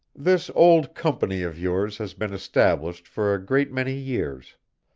this old company of yours has been established for a great many years.